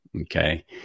okay